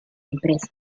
empresa